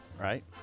right